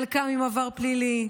חלקם עם עבר פלילי,